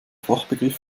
fachbegriff